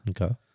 Okay